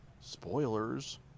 Spoilers